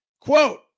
Quote